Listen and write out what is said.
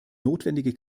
notwendige